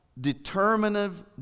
determinative